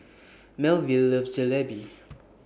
Melville loves Jalebi